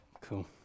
Cool